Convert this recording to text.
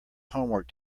homework